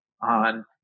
on